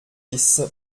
dix